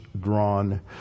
drawn